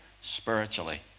Spiritually